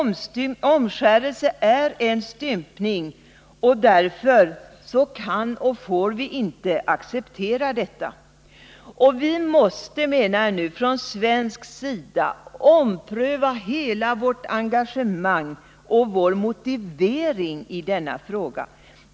Omskärelse är en stympning, och därför kan och får vi inte acceptera den. Vi måste från svensk sida ompröva hela vårt engagemang och vår motivering i denna fråga.